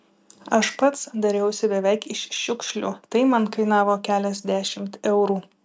aš pats dariausi beveik iš šiukšlių tai man kainavo keliasdešimt eurų